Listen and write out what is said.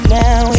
now